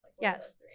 Yes